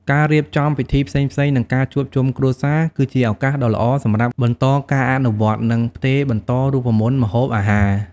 ការរៀបចំពិធីផ្សេងៗ និងការជួបជុំគ្រួសារ គឺជាឱកាសដ៏ល្អសម្រាប់បន្តការអនុវត្តន៍ និងផ្ទេរបន្តរូបមន្តម្ហូបអាហារ។